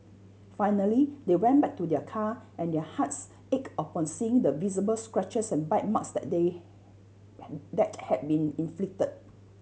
finally they went back to their car and their hearts ached upon seeing the visible scratches and bite marks that they that had been inflicted